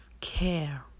care